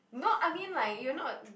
no I mean like you're not